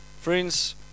friends